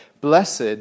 Blessed